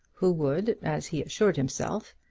who would, as he assured himself,